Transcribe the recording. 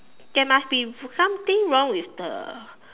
there must be something wrong with the